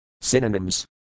Synonyms